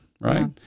right